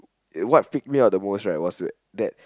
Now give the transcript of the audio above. what freaked me out the most right was that that